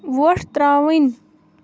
وۄٹھ ترٛاوٕنۍ